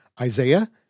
Isaiah